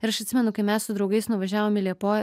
ir aš atsimenu kai mes su draugais nuvažiavom į liepoją